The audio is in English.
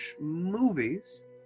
movies